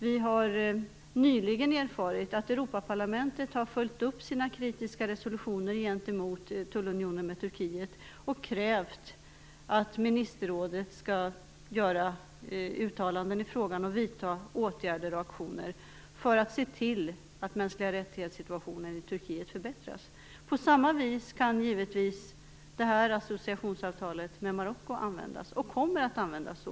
Vi har nyligen erfarit att Europaparlamentet har följt upp sina kritiska resolutioner i fråga om tullunionen med Turkiet och krävt att ministerrådet skall göra uttalanden, vidta åtgärder och agera för att situationen när det gäller mänskliga rättigheter i Turkiet förbättras. På samma vis kan givetvis det här associationsavtalet med Marocko användas, och det kommer att användas så.